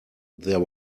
there